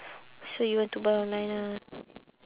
so you want to buy online ah